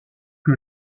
que